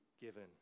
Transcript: given